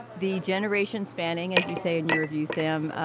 the generation spanning, as you say in your review, sam,